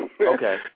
Okay